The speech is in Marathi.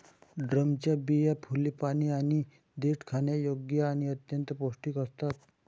ड्रमच्या बिया, फुले, पाने आणि देठ खाण्यायोग्य आणि अत्यंत पौष्टिक असतात